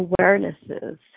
awarenesses